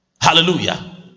hallelujah